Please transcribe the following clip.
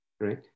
right